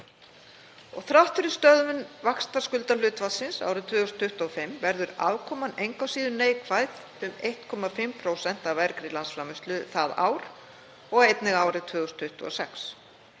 Og þrátt fyrir stöðvun vaxtar skuldahlutfallsins árið 2025 verður afkoman engu að síður neikvæð um 1,5% af vergri landsframleiðslu það ár og einnig árið 2026.